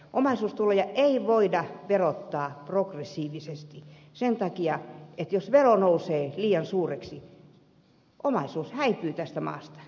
omaisuustuloja ei voida verottaa progressiivisesti sen takia että jos vero nousee liian suureksi omaisuus häipyy tästä maasta